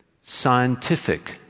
scientific